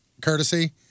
courtesy